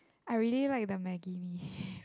I really like the Maggie mee